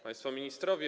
Państwo Ministrowie!